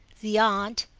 the aunt,